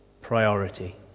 priority